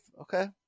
Okay